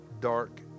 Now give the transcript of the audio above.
dark